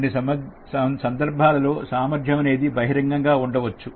కొన్ని సందర్భాలలో సామర్థ్యం అనేది బహిరంగంగా ఉండవచ్చు